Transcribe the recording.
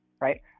right